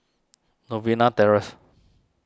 Novena Terrace